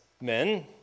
men